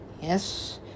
yes